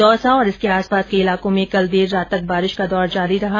दौसा और इसके आसपास के इलाकों में कल देर रात तक बारिश का दौर जारी रहा